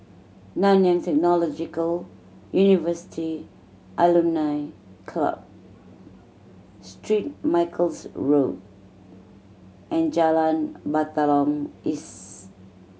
Nanyang Technological University Alumni Club Street Michael's Road and Jalan Batalong East